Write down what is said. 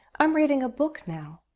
i'm reading a book now.